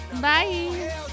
Bye